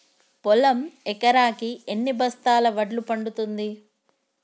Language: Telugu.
పొలం ఎకరాకి ఎన్ని బస్తాల వడ్లు పండుతుంది?